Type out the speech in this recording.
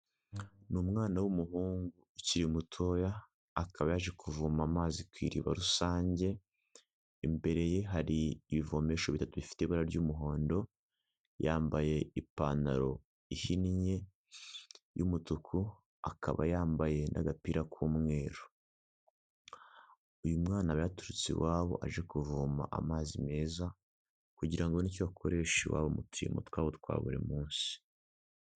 Ni umwana w'umuhungu ukiri mutoya, akaba aje kuvoma amazi ku iriba rusange, imbere ye hari ibivomesho bitatu bifite ibara ry'umuhondo, yambaye ipantaro ihinnye y'umutuku, akaba yambaye n'agapira k'umweru, uyu mwana aba yaturutse iwabo aje kuvoma amazi meza kugira abone icyo ayakoresha iwabo mu turimo twabo twa buri munsi.